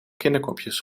kinderkopjes